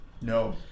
No